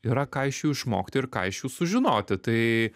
yra ką iš jų išmokti ir ką iš jų sužinoti tai